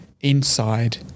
inside